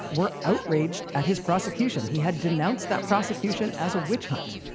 were outraged at his prosecution he had denounced that prosecution as a witch hunt!